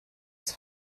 als